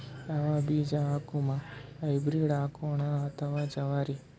ಯಾವ ಬೀಜ ಹಾಕುಮ, ಹೈಬ್ರಿಡ್ ಹಾಕೋಣ ಅಥವಾ ಜವಾರಿ?